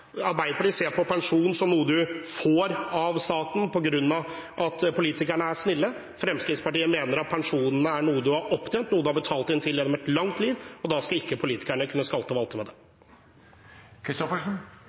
Arbeiderpartiet ser på pensjon som noe som man får av staten på grunn av at politikerne er snille. Fremskrittspartiet mener at pensjonene er noe man har opptjent – noe man har betalt inn gjennom et langt liv. Da skal ikke politikerne kunne skalte og valte med